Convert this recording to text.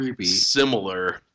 similar